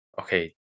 okay